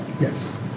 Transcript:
Yes